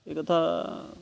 ଏକଥା